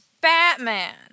Batman